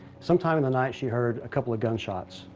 sometime in the night, she heard a couple of gunshots.